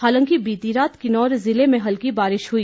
हालांकि बीती रात किन्नौर जिले में हल्की बारिश हुई